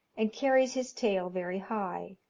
and carries his tail very high.